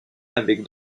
avec